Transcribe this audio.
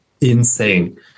insane